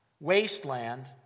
wasteland